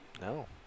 No